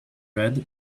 red